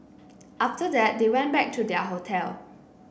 after that they went back to their hotel